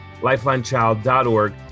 lifelinechild.org